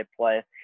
play